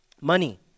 money